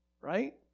right